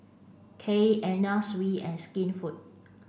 Kiehl Anna Sui and Skinfood